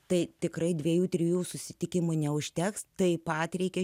tai tikrai dviejų trijų susitikimų neužteks taip pat reikia